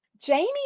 Jamie